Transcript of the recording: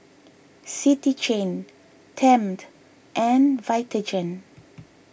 City Chain Tempt and Vitagen